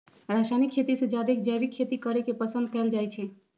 रासायनिक खेती से जादे जैविक खेती करे के पसंद कएल जाई छई